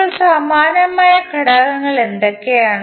അപ്പോൾ സമാനമായ ഘടകങ്ങൾ എന്തൊക്കെയാണ്